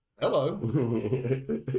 hello